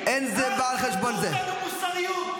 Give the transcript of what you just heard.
שאחינו --- אל תלמדו אותנו מוסריות.